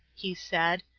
he said,